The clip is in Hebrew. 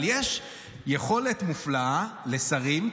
אבל יש יכולת מופלאה לשרים,